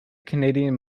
canadian